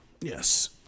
Yes